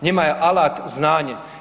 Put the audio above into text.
Njima je alata znanje.